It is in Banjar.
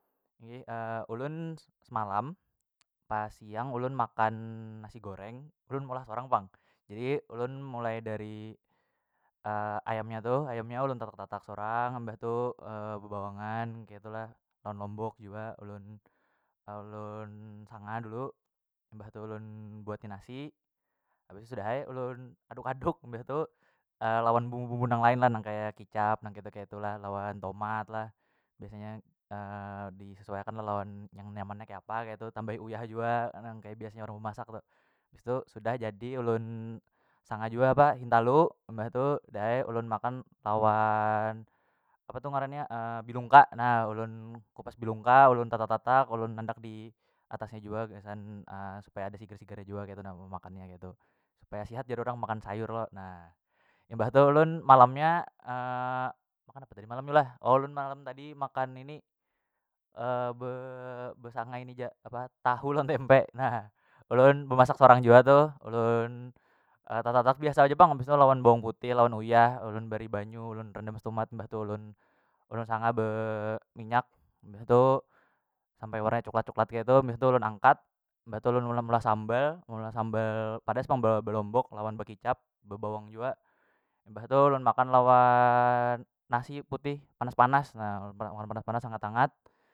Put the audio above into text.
ulun semalam pas siang ulun makan nasi goreng ulun meulah sorang pang jadi ulun mulai dari ayam nya tu hayam ulun tatak- tatak sorang mbah tu bebawangan ketu lah lawan lombok jua ulun ulun sanga dulu mbah tu ulun buati nasi habis tu dah ai ulun aduk- aduk mbah tu lawan bumbu- bumbu nang lain nang kaya kicap nang ketu- ketu lah lawan tomat lah biasanya disesuai akan lo lawan yang nyamannya keapa ketu tambahi uyah jua nang kaya biasanya orang bemasak tu, bistu sudah jadi ulun sanga jua pa hintalu mbah tu dah ae ulun makan lawan apa tu ngarannya bilungka na ulun kupas bilungka ulun tatak- tatak ulun andak di atas nya jua gasan supaya ada sigar- sigarnya jua ketu na memakanya keitu supaya sihat jar urang makan sayur lo na imbah tu ulun malamnya makan apa tadi malam tu lah oh ulun malam tadi makan ini be be sangai ini ja apa tahu lawan tempe na ulun bemasak sorang jua tuh ulun tatak- tatak biasa jaa pang habis tu lawan bawang putih lawan uyah ulun bari banyu ulun rendam stumat mbah tu ulun- ulun sanga beminyak mbah tu sampai warnanya coklat- coklat kaitu bistu ulun angkat mbah tu ulun meulah sambal meulah sambal padas pang be belombok lawan bekicap bebawang jua mbah tu ulun makan lawan nasi putih panas- panas na panas- panas hangat- hangat.